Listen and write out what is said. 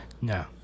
No